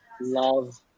love